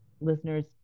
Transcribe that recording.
Listeners